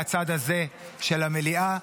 מהצד הזה של המליאה,